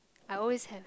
I always have